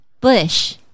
Bush